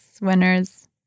winners